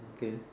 okay